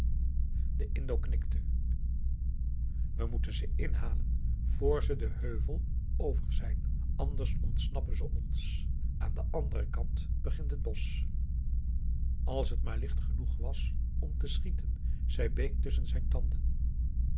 de indo knikte we moeten ze inhalen vor ze den heuvel over zijn anders ontsnappen ze ons aan den anderen kant begint het bosch als het maar licht genoeg was om te schieten zei bake tusschen zijn tanden